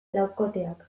laukoteak